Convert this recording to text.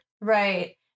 Right